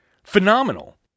Phenomenal